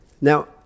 Now